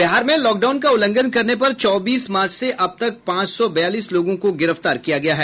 बिहार में लॉकडाउन का उल्लंघन करने पर चौबीस मार्च से अब तक पांच सौ बयालीस लोगों को गिरफ्तार किया गया है